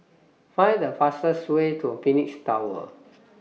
Find The fastest Way to Phoenix Tower